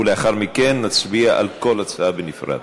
ולאחר מכן נצביע על כל הצעה בנפרד.